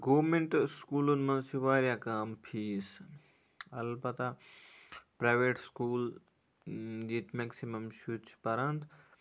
government سٔکوٗلَن منٛز چھِ واریاہ کَم فیٖس اَلبتہ پریویٹ سٔکوٗل ییٚتہِ میکسِمم شُرۍ چھِ پَران